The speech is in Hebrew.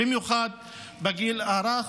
במיוחד בגיל רך.